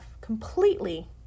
completely